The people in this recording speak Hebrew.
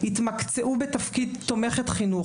יתמקצעו בתפקיד תומכת חינוך.